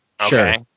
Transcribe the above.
Sure